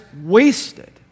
wasted